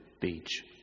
beach